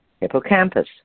hippocampus